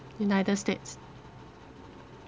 united states